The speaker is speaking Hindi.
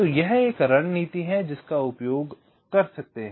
तो यह एक रणनीति है जिसका आप उपयोग कर सकते हैं